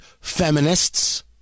feminists